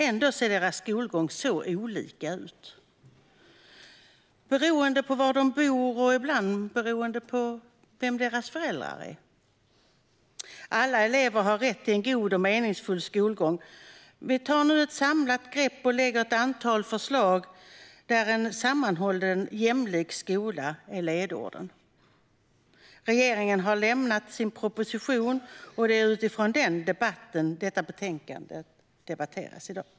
Ändå ser deras skolgång så olika ut beroende på var de bor och ibland beroende på vilka deras föräldrar är. Alla elever har rätt till en god och meningsfull skolgång. Vi tar nu ett samlat grepp och lägger fram ett antal förslag där en sammanhållen och jämlik skola är ledorden. Regeringen har lämnat sin proposition, och det är utifrån den som detta betänkande debatteras i dag.